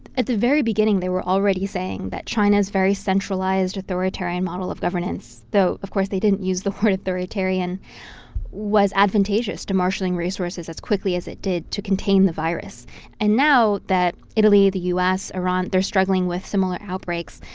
at the very beginning, they were already saying that china's very centralized, authoritarian model of governance though, of course, they didn't use the word authoritarian was advantageous to marshalling resources as quickly as it did to contain the virus and now that italy, the u s, iran, they're struggling with similar outbreaks,